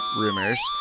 rumors